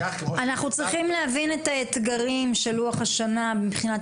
אנחנו צריכים להבין את האתגרים של לוח השנה מבחינת